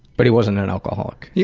but he wasn't an alcoholic. yeah